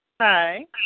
Hi